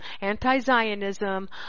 anti-Zionism